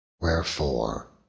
Wherefore